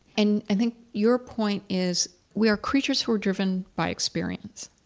and i think your point is, we are creatures who are driven by experience.